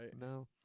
No